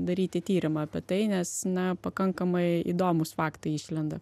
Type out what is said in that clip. daryti tyrimą apie tai nes na pakankamai įdomūs faktai išlenda